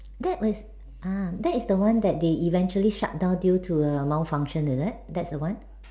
that is ah that is the one that they eventually shut down due to err malfunction is it that's the one